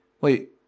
Wait